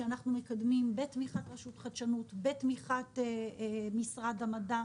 שאנחנו מקדמים בתמיכת רשות החדשנות ומשרד המדע.